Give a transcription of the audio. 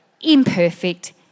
imperfect